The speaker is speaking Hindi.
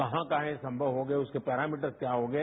कहां कहां ये संभव होगा उसके पैरामीटर्स क्या होंगे